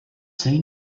say